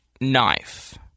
knife